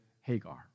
Hagar